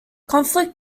conflict